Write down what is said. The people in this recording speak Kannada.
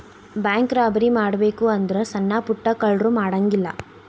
ಬ್ಯಾಂಕ್ ರಾಬರಿ ಮಾಡ್ಬೆಕು ಅಂದ್ರ ಸಣ್ಣಾ ಪುಟ್ಟಾ ಕಳ್ರು ಮಾಡಂಗಿಲ್ಲಾ